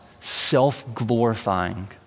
self-glorifying